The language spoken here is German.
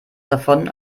davon